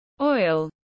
oil